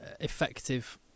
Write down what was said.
effective